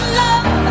love